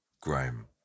grime